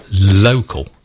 local